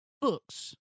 books